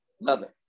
leather